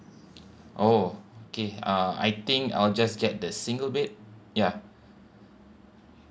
oh okay uh I think I'll just get the single bed ya